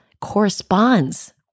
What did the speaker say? corresponds